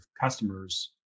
customers